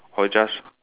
or just